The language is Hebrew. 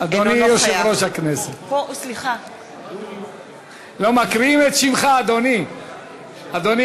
אדוני יושב-ראש הכנסת, מקריאים את שמך, אדוני.